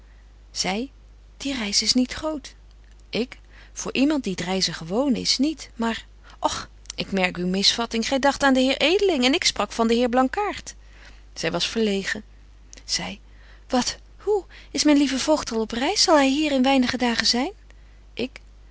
zy die reis is niet groot ik voor iemand die t reizen gewoon is niet maar och ik merk uw misvatting gy dagt aan den heer edeling en ik sprak van den heer blankaart zy was verlegen zy wat hoe is myn lieve voogd al op reis zal hy hier in weinige dagen zyn ik